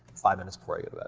five minutes before i go to bed,